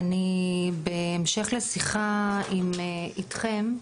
אני בהמשך לשיחה אתכם,